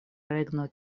regno